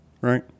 Right